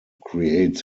create